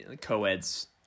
co-ed's